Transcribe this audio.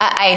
i